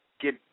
get